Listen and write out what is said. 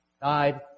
died